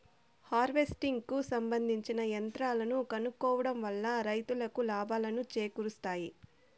harvesting కు సంబందించిన యంత్రాలను కొనుక్కోవడం వల్ల రైతులకు లాభాలను చేకూరుస్తాయి